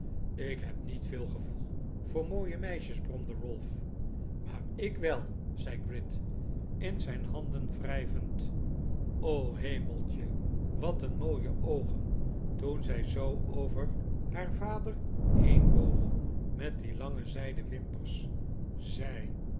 ik heb niet veel gevoel voor mooie meisjes bromde ralph maar ik well zei gride in zijn handen wrijvend r o hemeltje wat een mooie oogen toen zij zoo over haar vader heenboog met die lange zijden wimpers zij